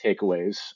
takeaways